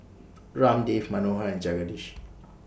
Ramdev Manohar and Jagadish